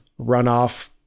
runoff